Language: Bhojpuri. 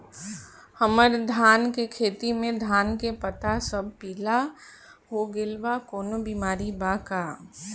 हमर धान के खेती में धान के पता सब पीला हो गेल बा कवनों बिमारी बा का?